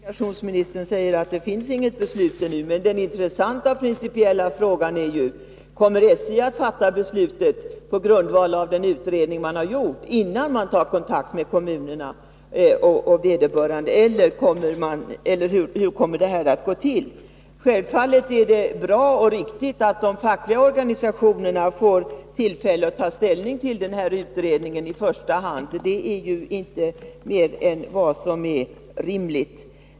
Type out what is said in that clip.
Herr talman! Det är riktigt, som kommunikationsministern säger, att det ännu inte finns något beslut. Men den intressanta, principiella frågan är ju: Kommer SJ att fatta beslut på grundval av den utredning man har gjort, innan man tar kontakt med kommunerna och vederbörande? Eller hur kommer detta att gå till? Det är självfallet bra och riktigt att de fackliga organisationerna i första hand får tillfälle att ta ställning till denna utredning — det är inte mer än vad som är rimligt.